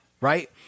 right